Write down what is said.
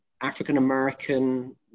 African-American